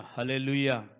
Hallelujah